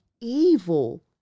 evil